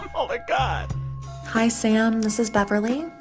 oh, my god hi, sam. this is beverley.